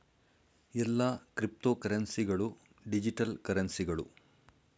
ಎಲ್ಲಾ ಕ್ರಿಪ್ತೋಕರೆನ್ಸಿ ಗಳು ಡಿಜಿಟಲ್ ಕರೆನ್ಸಿಗಳು